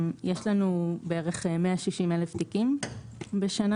יש לנו בערך 160 אלף תיקים בשנה,